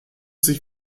sich